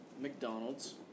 McDonald's